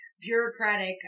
bureaucratic